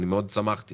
מאוד שמחתי